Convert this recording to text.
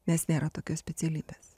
nes nėra tokios specialybės